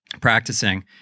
practicing